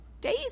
days